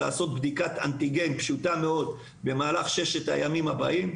לעשות בדיקת אנטיגן פשוטה מאוד במהלך ששת הימים הבאים,